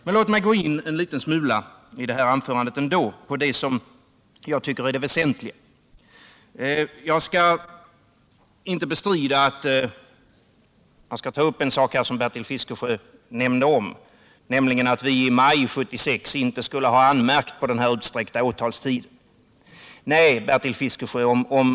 Men låt mig ändå gå in en liten smula på det som jag tycker är väsentligt. Bertil Fiskesjö nämnde att vi i maj 1976 inte skulle ha anmärkt på den utsträckta åtalstiden. Nej, Bertil Fiskesjö, det gjorde vi inte.